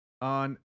on